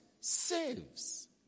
saves